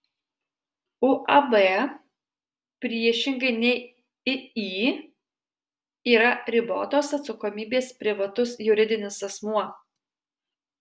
uab priešingai nei iį yra ribotos atsakomybės privatus juridinis asmuo